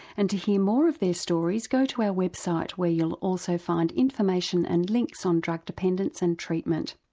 and to hear more of their stories go to our website where you'll also find information and links on drug dependence and treatment.